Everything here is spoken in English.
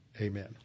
Amen